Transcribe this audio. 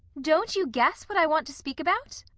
don't you guess what i want to speak about?